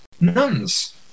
nuns